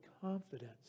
confidence